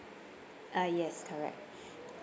ah yes correct